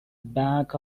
back